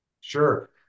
Sure